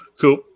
Cool